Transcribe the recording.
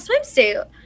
swimsuit